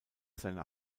seiner